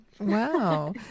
wow